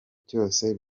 byose